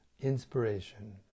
inspiration